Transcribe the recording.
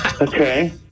Okay